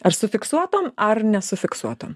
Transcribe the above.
ar su fiksuotom ar su nefiksuotom